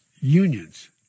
unions